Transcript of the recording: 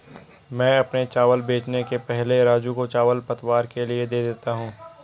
मैं अपने चावल बेचने के पहले राजू को चावल पतवार के लिए दे देता हूं